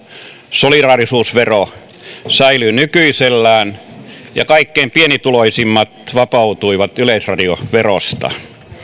solidaarisuusvero säilyy nykyisellään ja kaikkein pienituloisimmat vapautuivat yleisradioverosta